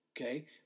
Okay